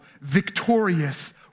victorious